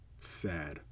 sad